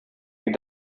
die